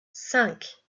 cinq